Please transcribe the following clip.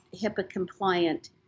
HIPAA-compliant